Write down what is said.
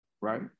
right